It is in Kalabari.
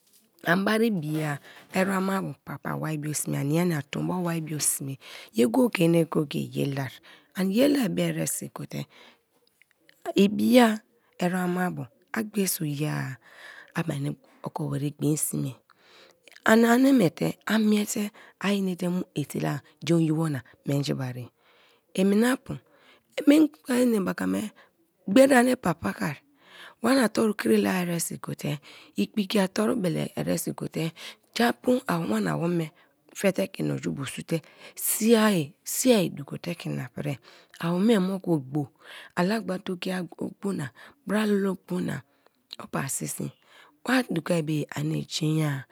An bari biya eremmabo pa pa waribo sme ania nia tombo waribo sme ye go- go-e go- go-e ye lar ani ye lar be eresi gote ibia eremmabo a gbeeso ye-a a meni oko weri gbei sme, anani miete a miete anate mie etela jen oyibo na menji bare, iminapu mengba enebaka me gberi ani pa baka, wana toru krila eresi gote, igbiki atoru bele eresi gote japu wana wome fe te ke ina oju bu su te siai siai duko te ke ina priai, awome moku ogho, alagba dogi ai ogbo na, bra lala ogbo na, opasisi wa dukai bo ye anie jen yere